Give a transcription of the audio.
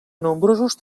nombrosos